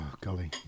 golly